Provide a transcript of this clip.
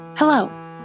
Hello